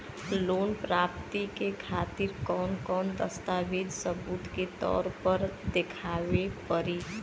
Loan प्राप्ति के खातिर कौन कौन दस्तावेज सबूत के तौर पर देखावे परी?